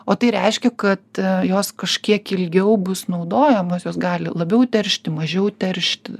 o tai reiškia kad jos kažkiek ilgiau bus naudojamos jos gali labiau teršti mažiau teršti